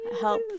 help